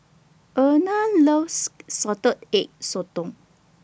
Erna loves Salted Egg Sotong